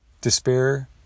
despair